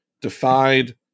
defied